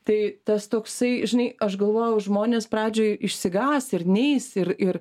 tai tas toksai žinai aš galvojau žmonės pradžiai išsigąs ir neis ir ir